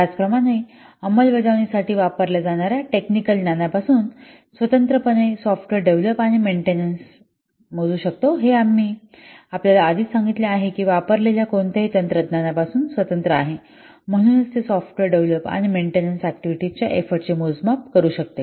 त्याचप्रमाणे ते अंमलबजावणीसाठी वापरल्या जाणार्या टेक्निकल ज्ञानापासून स्वतंत्रपणे सॉफ्टवेअर डेव्हलप आणि मेंटेनन्स मोजतो हे आम्ही आपल्याला आधीच सांगितले आहे की हे वापरलेल्या कोणत्याही तंत्रज्ञानापासून स्वतंत्र आहे म्हणूनच ते सॉफ्टवेअर डेव्हलप आणि मेंटेनन्स ऍक्टिव्हिटीज च्या एफर्ट चे मोजमाप करू शकते